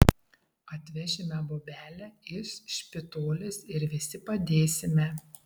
atvešime bobelę iš špitolės ir visi padėsime